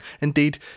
Indeed